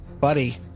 buddy